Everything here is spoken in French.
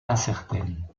incertaine